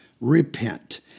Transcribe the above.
Repent